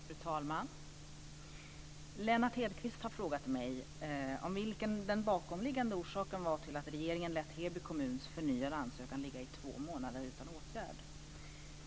Fru talman! Lennart Hedquist har frågat mig om vilken den bakomliggande orsaken var till att regeringen lät Heby kommuns förnyade ansökan ligga i två månader utan åtgärd.